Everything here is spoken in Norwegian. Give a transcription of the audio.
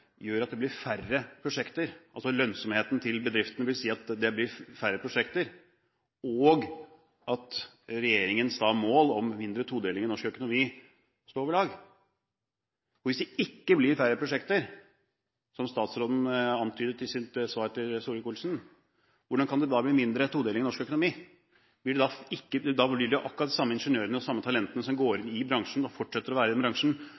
gjør at det blir færre prosjekter, altså at lønnsomheten til bedriftene vil si at det blir færre prosjekter, og at regjeringens mål om mindre todeling i norsk økonomi står ved lag? Hvis det ikke blir færre prosjekter – som statsråden antydet i sitt svar til Solvik-Olsen – hvordan kan det da bli mindre todeling i norsk økonomi? Da blir det akkurat de samme ingeniørene og de samme talentene som går ut i bransjen og fortsetter å være i bransjen,